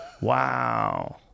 Wow